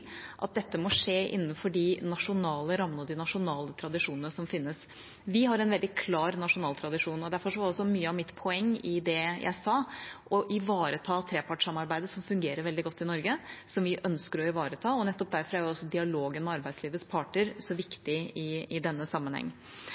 at dette må skje innenfor de nasjonale rammene og tradisjonene som finnes. Vi har en veldig klar nasjonal tradisjon, og derfor var også mye av mitt poeng i det jeg sa, å ivareta trepartssamarbeidet, som fungerer veldig godt i Norge, og som vi ønsker å ivareta. Nettopp derfor er også dialogen med arbeidslivets parter så viktig i denne